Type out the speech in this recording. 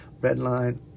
Redline